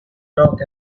talk